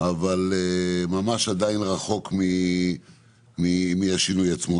אבל ממש עדיין רחוק מהשינוי עצמו.